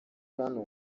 hano